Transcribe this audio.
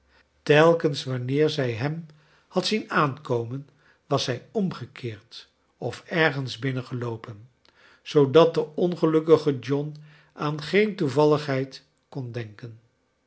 telkens wanneer zij hem had zien aankomen was zij omgekeerd of ergens binnengeloopen zoodat de ongelukkige john aan geen toevalligheid kon denken